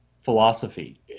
philosophy